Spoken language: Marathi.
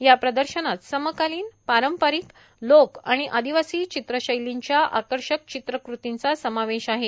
या प्रदर्शनात समकालीन पारंपारीक लोक आणि आदिवासी चित्र शैलींच्या आकर्षक चित्रकृतींचं समावेश आहे